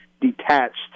detached